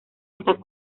están